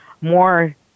more